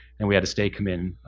and we had a stay come in,